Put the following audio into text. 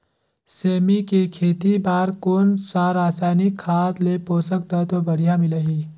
सेमी के खेती बार कोन सा रसायनिक खाद ले पोषक तत्व बढ़िया मिलही?